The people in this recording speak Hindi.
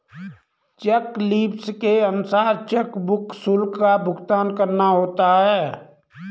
चेक लीव्स के अनुसार चेकबुक शुल्क का भुगतान करना होता है